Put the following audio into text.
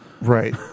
Right